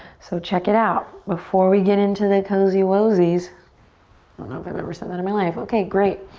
so check it out, before we get into their cozy wozies, i don't know if i've ever said that in my life, okay, great.